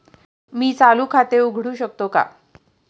मी चालू खाते उघडू शकतो का?